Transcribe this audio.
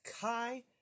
kai